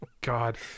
god